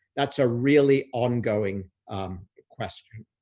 that's a really ongoing question.